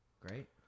Great